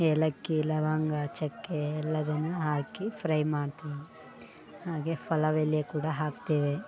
ಏಲಕ್ಕಿ ಲವಂಗ ಚಕ್ಕೆ ಎಲ್ಲದನ್ನು ಹಾಕಿ ಫ್ರೈ ಮಾಡ್ತೀನಿ ಹಾಗೆ ಪಲಾವ್ ಎಲೆ ಕೂಡ ಹಾಕ್ತೇವೆ